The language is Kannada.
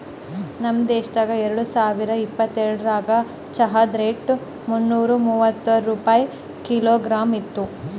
ನಮ್ ದೇಶದಾಗ್ ಎರಡು ಸಾವಿರ ಇಪ್ಪತ್ತೊಂದರಾಗ್ ಚಹಾದ್ ರೇಟ್ ಮುನ್ನೂರಾ ಮೂವತ್ಮೂರು ರೂಪಾಯಿ ಕಿಲೋಗ್ರಾಮ್ ಇತ್ತು